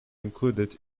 included